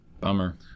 Bummer